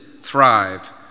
thrive